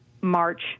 March